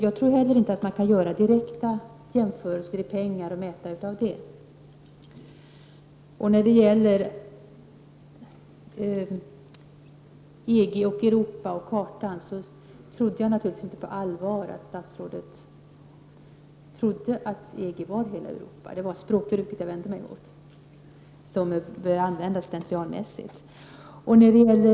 Jag tror inte heller att man kan göra direkta jämförelser i pengar och göra mätningar med hjälp av detta. Jag antog naturligtvis inte på allvar att statsrådet trodde att EG utgörs av hela Europa. Det var det språkbruk som har börjat användas slentrianmässigt som jag vände mig emot.